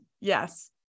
yes